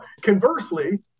Conversely